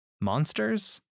Monsters